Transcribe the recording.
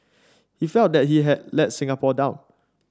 he felt that he had let Singapore down